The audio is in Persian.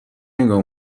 نگاه